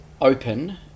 open